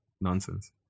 nonsense